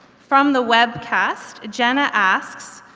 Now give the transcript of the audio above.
from the webcast, jenna asks,